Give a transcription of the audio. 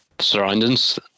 surroundings